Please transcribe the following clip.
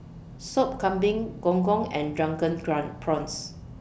Sop Kambing Gong Gong and Drunken Prawn Prawns